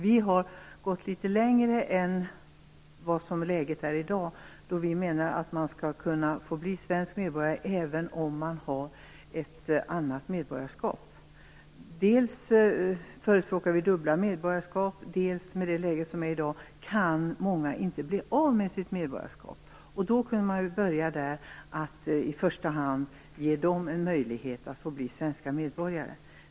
Vi har gått litet längre i förhållande till det läge som är i dag och menar att man skall kunna få bli svensk medborgare även om man har ett annat medborgarskap. Vi förespråkar dubbla medborgarskap. I det läge som är i dag är det många som inte kan bli av med sitt medborgarskap. Man kan då börja med att i första hand ge dem en möjlighet att bli svenska medborgare.